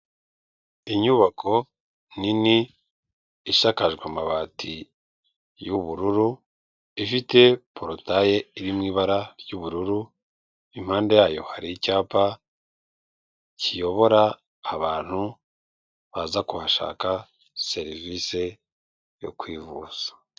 Inyubako nini ishakajwe amabati y'ubururu ifite porotaye iri mu ibara ry'ubururu, impande yayo hari icyapa kiyobora abantu baza kuhashaka serivisi yo kwivuza.